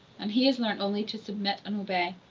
and he has learnt only to submit and obey.